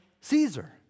Caesar